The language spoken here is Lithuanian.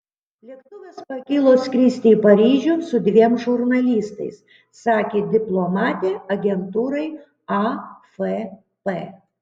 lėktuvas pakilo skristi į paryžių su dviem žurnalistais sakė diplomatė agentūrai afp